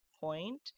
point